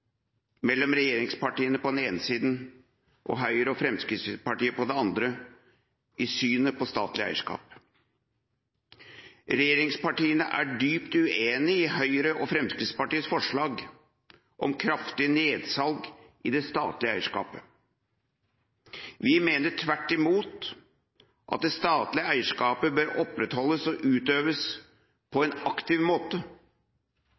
mellom regjeringspartiene på den ene siden og Høyre og Fremskrittspartiet på den andre i synet på statlig eierskap. Regjeringspartiene er dypt uenig i Høyre og Fremskrittspartiets forslag om kraftig nedsalg i det statlige eierskapet. Vi mener tvert imot at det statlige eierskapet bør opprettholdes og utøves på en aktiv måte.